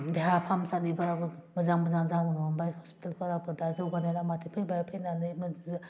देहा फाहासालिफ्राबो मोजां मोजां जाबोनो हमबाय हस्पिटालफोराबो दा जौगानाय लामाथिं फैबाय फैनानै मोजां